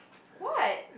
what